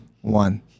One